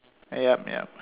yup yup